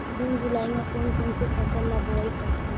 जून जुलाई म कोन कौन से फसल ल बोआई करथे?